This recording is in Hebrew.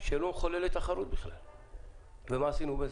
שבכלל לא מחוללת תחרות ואז מה עשינו בזה?